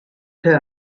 her